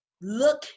Look